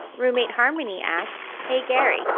roommate harmony asks, hey gary,